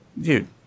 dude